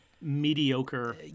Mediocre